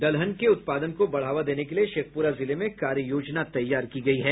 दलहन के उत्पादन को बढ़ावा देने के लिये शेखपुरा जिले में कार्य योजना तैयार की गयी है